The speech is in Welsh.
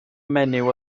menyw